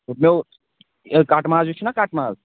دوٚپمو ہَے کٹہٕ ماز چھُناہ کٹہٕ ماز